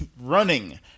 running